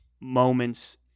moments